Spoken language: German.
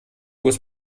muss